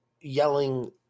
yelling